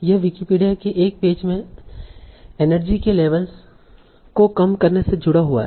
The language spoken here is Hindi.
यह विकिपीडिया के एक पेज में एनर्जी के लेवेल्स को कम करने से जुड़ा हुआ है